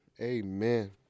Amen